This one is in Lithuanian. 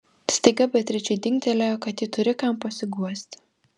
staiga beatričei dingtelėjo kad ji turi kam pasiguosti